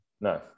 No